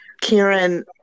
Karen